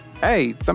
hey